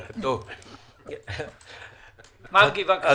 מרגי, בבקשה.